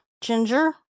ginger